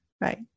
right